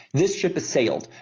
this ship has sailed.